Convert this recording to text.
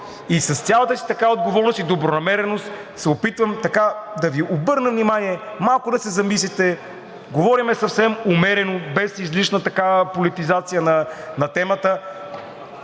С цялата си отговорност и добронамереност се опитвам да Ви обърна внимание малко да се замислите, говорим съвсем умерено, без излишна такава политизация на темата.